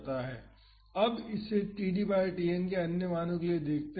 अब हम इसे td बाई Tn के एक अन्य मान के लिए देखते हैं